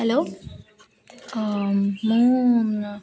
hello ମୁଁ